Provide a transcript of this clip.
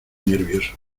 nervioso